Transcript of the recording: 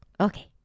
Okay